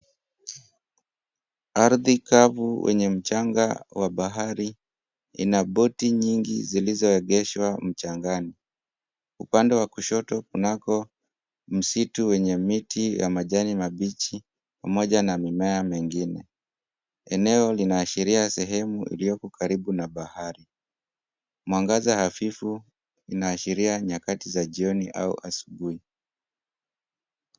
Ardhi kavu wenye mchanga wa bahari ina boti nyingi zilizoegeshwa mchangani. Upande wa kushoto kunako msitu wenye miti ya majani mabichi pamoja na mimea mengine. Eneo linaashiria sehemu ilioko karibu na bahari. Mwangaza hafifu inaashiria nyakati za jioni au asubuhi.